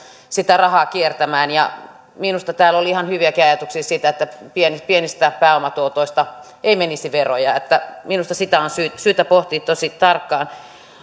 sitä rahaa kiertämään ja minusta täällä oli ihan hyviäkin ajatuksia siitä että pienistä pienistä pääomatuotoista ei menisi veroja minusta sitä on syytä pohtia tosi tarkkaan